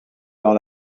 dans